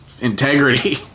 integrity